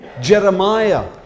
Jeremiah